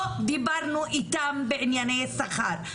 לא דיברנו איתם בענייני שכר,